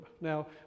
Now